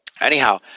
Anyhow